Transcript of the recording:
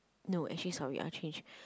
no actually sorry I change